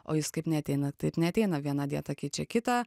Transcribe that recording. o jis kaip neateina taip neateina viena dieta keičia kitą